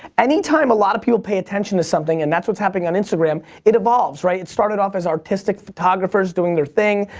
anytime a lot of people pay attention to something, and that's what's happening on instagram, it evolves, right. it started off as artistic photographers doing their thing,